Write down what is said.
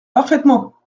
parfaitement